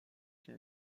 une